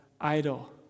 idle